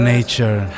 Nature